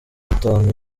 batanu